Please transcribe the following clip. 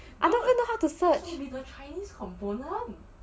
I don't even know how to search